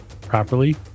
properly